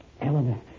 Eleanor